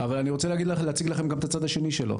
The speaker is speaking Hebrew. אבל אני רוצה להציג לכם גם את הצד השני שלו.